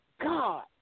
God